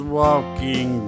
walking